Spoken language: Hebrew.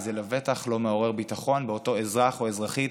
וזה לבטח לא מעורר ביטחון אצל אותו אזרח או אזרחית